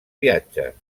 viatges